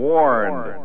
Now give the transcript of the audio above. Warned